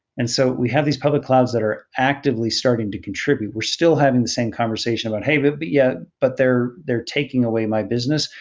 and so we have these public clouds that are actively starting to contribute. we're still having the same conversation about, hey, but but but they're they're taking away my business.